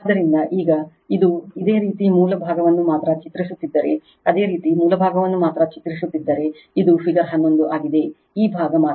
ಆದ್ದರಿಂದ ಈಗ ಇದು ಇದೇ ರೀತಿ ಮೂಲ ಭಾಗವನ್ನು ಮಾತ್ರ ಚಿತ್ರಿಸುತ್ತಿದ್ದರೆ ಅದೇ ರೀತಿ ಮೂಲ ಭಾಗವನ್ನು ಮಾತ್ರ ಚಿತ್ರಿಸುತ್ತಿದ್ದರೆ ಇದು ಫಿಗರ್ 11 ಆಗಿದೆ ಈ ಭಾಗ ಮಾತ್ರ